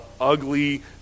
ugly